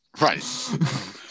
right